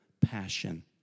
passion